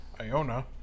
Iona